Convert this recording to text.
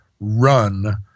run